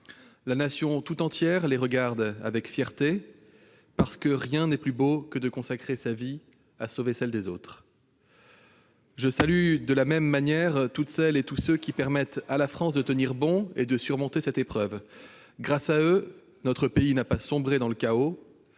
La Nation tout entière les regarde avec fierté, parce que rien n'est plus beau que de consacrer sa vie à sauver celle des autres. Je salue de la même manière toutes celles et tous ceux qui permettent à la France de tenir bon et de surmonter cette épreuve. Grâce à eux, notre pays n'a pas sombré dans le chaos,